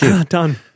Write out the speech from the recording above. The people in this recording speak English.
Done